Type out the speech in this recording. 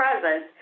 presence